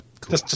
Cool